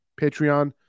Patreon